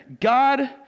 God